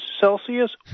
Celsius